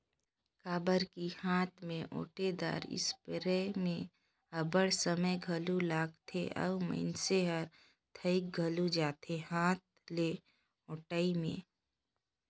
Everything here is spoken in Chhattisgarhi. काबर कि हांथ में ओंटेदार इस्पेयर में अब्बड़ समे घलो लागथे अउ मइनसे हर थइक घलो जाथे हांथ ले ओंटई में